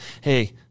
Hey